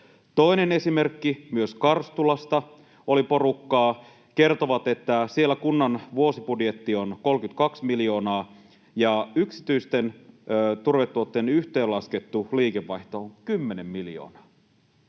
Toinen esimerkki: Myös Karstulasta oli porukkaa. Kertoivat, että siellä kunnan vuosibudjetti on 32 miljoonaa ja yksityisten turvetuottajien yhteenlaskettu liikevaihto on 10 miljoonaa.